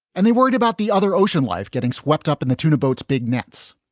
and they worried about the other ocean life getting swept up in the tuna boats, big nets,